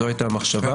זו הייתה המחשבה.